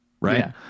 right